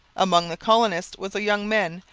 among the colonists was a young man,